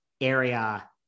area